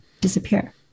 disappear